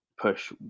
push